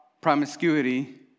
promiscuity